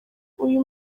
uyu